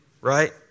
right